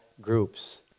groups